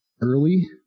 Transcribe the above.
early